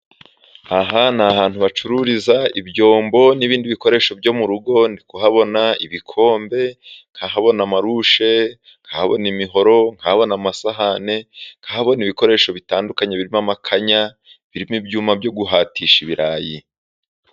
Aha ni ahantu bacururiza ibyombo n'ibindi bikoresho byo mu rugo. Ndi kuhabona ibikombe, nkahabona amarushe, nkabona imihoro, nkabona amasahane, nkahabona ibikoresho bitandukanye birimo amakanya, birimo ibyuma byo guhatisha ibirayi.